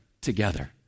together